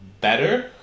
better